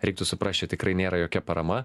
reiktų suprast čia tikrai nėra jokia parama